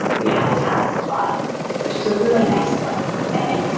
we have the tabs at the bottom which is a really nice look and and